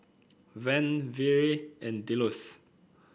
Van Vere and Delos